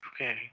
Okay